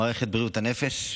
מערכת בריאות הנפש,